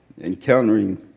encountering